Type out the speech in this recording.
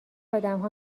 آدمها